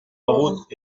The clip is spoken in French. route